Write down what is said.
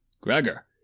Gregor